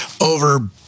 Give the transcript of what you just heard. over